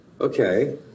Okay